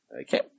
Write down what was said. Okay